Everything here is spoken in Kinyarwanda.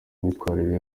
imyitwarire